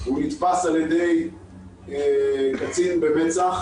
והוא נתפס על ידי קצין במצ"ח